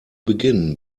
beginn